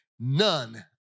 none